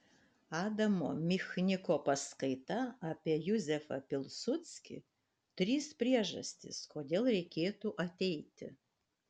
adamo michniko paskaita apie juzefą pilsudskį trys priežastys kodėl reikėtų ateiti